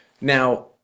Now